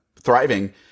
thriving